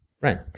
Right